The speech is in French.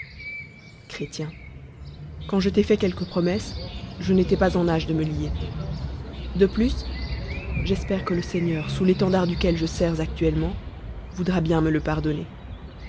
quand je t'ai fait quelque promesse je n'élais pas en age de me lier de plus j'espè e que le seigneur sous l'éteudart e duquel je lus actuellement voudra bien me le pardonner